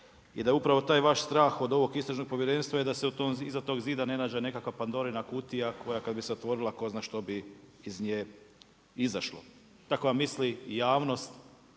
gradi, i upravo taj vaš strah od ovog istražnog povjerenstva je da se iza tog zida ne nađe nekakva Pandorina kutija, koja kad bi se otvorila, koja kad bi se otvorila tko zna što iz nje izašlo. Tako vam misli javnost,